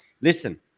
listen